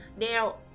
Now